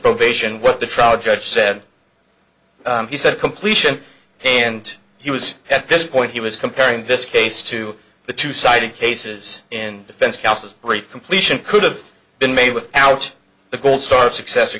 probation what the trial judge said he said completion and he was at this point he was comparing this case to the two sided cases in defense counsel's brief completion could've been made without the gold star success or